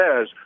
says